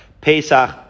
Pesach